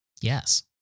Yes